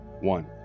One